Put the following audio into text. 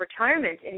retirement